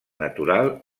natural